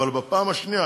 אבל בפעם השנייה,